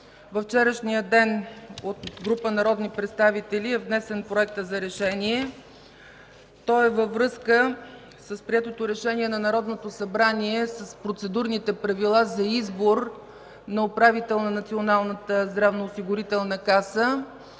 Във вчерашния ден от група народни представители е внесен Проектът за решение. Той е във връзка с приетото Решение на Народното събрание с Процедурните правила за избор на управител на Националната здравноосигурителна каса